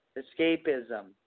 escapism